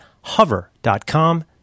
hover.com